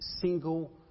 single